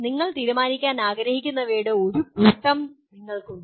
നിങ്ങൾ തീരുമാനിക്കാൻ ആഗ്രഹിക്കുന്നവയുടെ ഒരു കൂട്ടം നിങ്ങൾക്ക് ഉണ്ട്